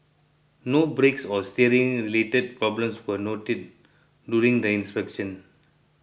no brakes or steering related problems were noted during the inspection